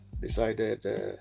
decided